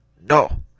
no